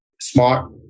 Smart